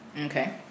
Okay